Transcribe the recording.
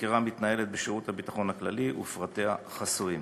החקירה מתנהלת בשירות הביטחון הכללי ופרטיה חסויים.